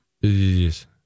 Yes